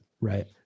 Right